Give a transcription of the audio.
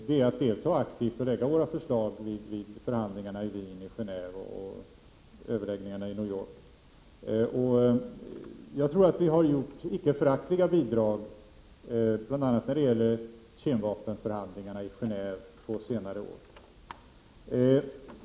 Det är att delta aktivt och lägga fram våra förslag vid förhandlingarna i Wien och i Genéve och vid överläggningarna i New York. Jag tror att vi givit icke förakt 51 liga bidrag, bl.a. när det gäller kärnvapenförhandlingarna i Genéve på senare år.